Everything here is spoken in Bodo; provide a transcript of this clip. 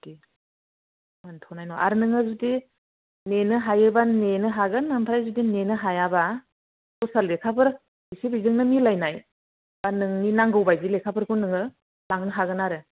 दे मोन्थ'नाय नङा आरो नोङो जुदि नेनो हायोब्ला नेनो हागोन आरो जुदि नेनो हायाब्ला दस्रा लेखाफोर एसे बेजोंनो मिलायनाय एबा नोंनो नांगौबायदि लेखाफोरखौ नोङो लांनो हागोन आरो